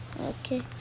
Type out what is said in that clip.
Okay